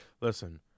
Listen